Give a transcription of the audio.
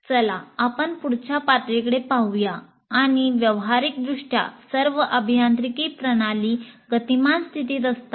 चला आपण पुढच्या पातळीकडे पाहूया आणि व्यावहारिकदृष्ट्या सर्व अभियांत्रिकी प्रणाली गतिमान स्थितीत असतात